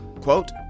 Quote